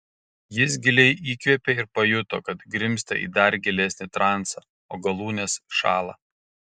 jis giliai įkvėpė ir pajuto kad grimzta į dar gilesnį transą o galūnės šąla